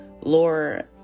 Laura